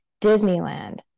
Disneyland